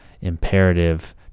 imperative